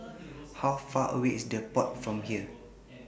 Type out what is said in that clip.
How Far away IS The Pod from here